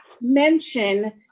mention